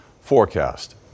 forecast